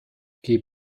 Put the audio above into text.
geh